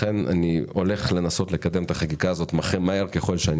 לכן אני הולך לנסות לקדם את החקיקה הזאת מהר ככל שאני